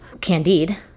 Candide